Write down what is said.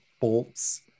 bolts